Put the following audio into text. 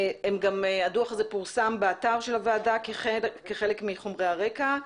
הדוח הזה פורסם באתר של הוועדה כחלק מחומרי הרקע.